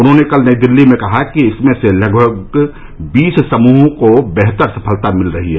उन्होंने कल नई दिल्ली में कहा कि इनमें से लगभग बीस समूहों को बेहतर सफलता मिल रही है